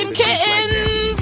kittens